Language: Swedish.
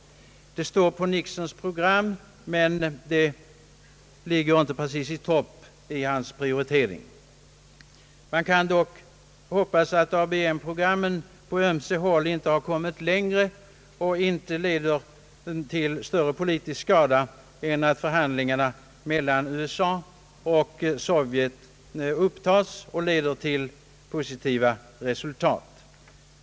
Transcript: Sveriges utrikesoch handelspolitik står på Nixons program men ligger inte precis i topp på hans prioriteringslista. Vi får dock hoppas att ABM-programmen på ömse håll inte har kommit längre och inte vållat större politisk skada än att förhandlingarna mellan USA och Sovjet kan upptas och leda till positiva resultat.